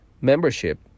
membership